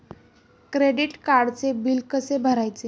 Credit कार्डचे bill कसे भरायचे?